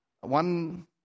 one